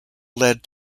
led